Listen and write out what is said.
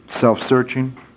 Self-searching